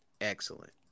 excellent